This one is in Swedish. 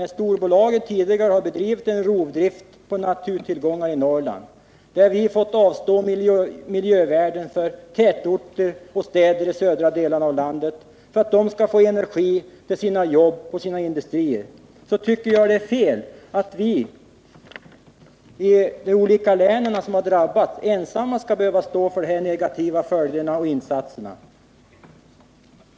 När storbolagen tidigare har ägnat sig åt rovdrift på naturtillgångar i Norrland och vi har fått avstå miljövärden för att tätorterna och städerna i de södra delarna av landet skulle få energiförsörjningen ordnad för sina industrier, så tycker jag att det är fel att vi ensamma skall behöva stå för de negativa följderna och för insatserna.